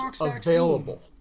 available